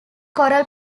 corel